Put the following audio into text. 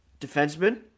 defenseman